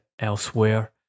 elsewhere